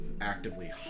actively